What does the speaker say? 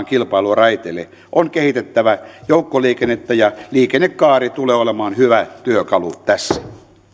kilpailua raiteille on kehitettävä joukkoliikennettä ja liikennekaari tulee olemaan hyvä työkalu tässä